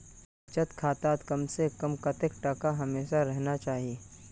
बचत खातात कम से कम कतेक टका हमेशा रहना चही?